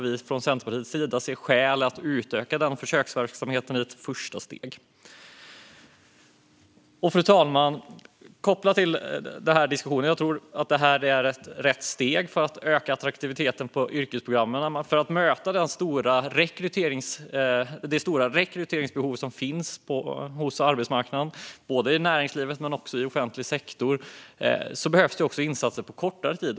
Vi i Centerpartiet ser skäl att i ett första steg utöka denna försöksverksamhet. Fru talman! Jag tror att det här är rätt steg för att öka attraktiviteten för yrkesprogrammen. Men för att möta det stora rekryteringsbehovet på arbetsmarknaden - inom både näringsliv och offentlig sektor - behövs även insatser på kortare sikt.